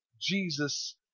Jesus